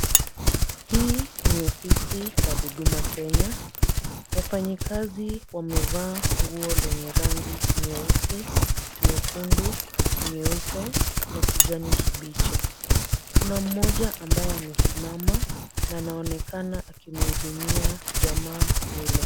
Hii ni ofisi la huduma Kenya. Wafanyikazi wa mivaa nguo lenye rangi nyeusi, nyekundu, nyeupe, na kijani kibichi. Kuna mmoja ambaye amesimama na anaonekana aki mhudumia jamaa yule.